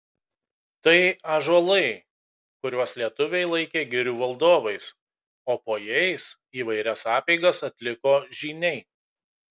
tai ąžuolai kuriuos lietuviai laikė girių valdovais o po jais įvairias apeigas atliko žyniai